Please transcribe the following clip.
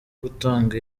gutanga